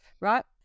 right